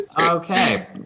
Okay